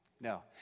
No